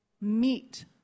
meet